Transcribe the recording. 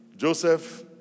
Joseph